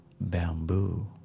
bamboo